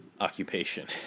occupation